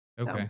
okay